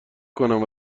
کنم